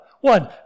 One